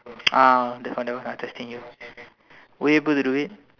ah that one that one I testing you were you able to do it